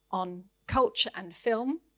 on culture and film.